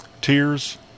Tears